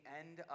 end